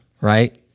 right